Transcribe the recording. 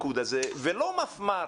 רק מפרמ"ר.